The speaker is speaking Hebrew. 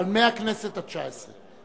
אבל מהכנסת התשע-עשרה.